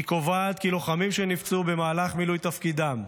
היא קובעת כי לוחמים שנפצעו במהלך מילוי תפקידם,